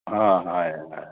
हाँ है है